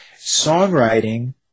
songwriting